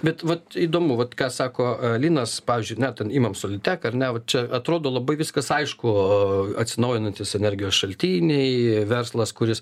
bet vat įdomu vat ką sako a linas pavyzdžiui ne ten imam soliteką ar ne vat čia atrodo labai viskas aišku atsinaujinantys energijos šaltiniai verslas kuris